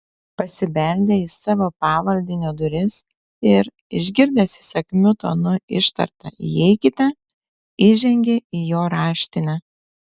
pasibeldė į savo pavaldinio duris ir išgirdęs įsakmiu tonu ištartą įeikite įžengė į jo raštinę